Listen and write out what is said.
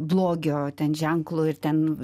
blogio ten ženklu ir ten